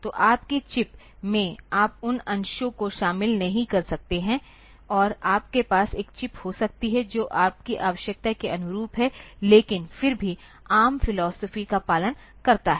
तो आपकी चिप में आप उन अंशों को शामिल नहीं कर सकते हैं और आपके पास एक चिप हो सकती है जो आपकी आवश्यकता के अनुरूप है लेकिन फिर भी ARM फिलॉसफी का पालन करता है